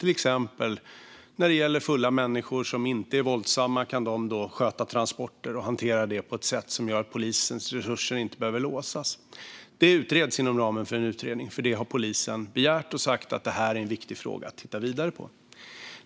När det till exempel gäller fulla människor som inte är våldsamma skulle de kunna sköta transporter och hantera det på ett sätt som gör att polisens resurser inte behöver låsas. Detta utreds inom ramen för en utredning, för det har polisen begärt. Man har sagt att det är en viktig fråga att titta vidare på.